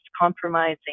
compromising